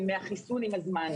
מהחיסון עם הזמן.